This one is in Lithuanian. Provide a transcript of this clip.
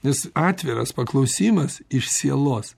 nes atviras paklausimas iš sielos